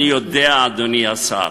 אני יודע, אדוני השר,